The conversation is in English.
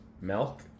milk